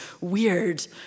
weird